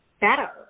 better